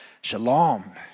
shalom